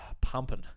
pumping